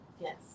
Yes